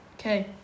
Okay